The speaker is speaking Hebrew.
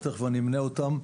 ותכף אני אמנה אותן,